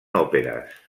òperes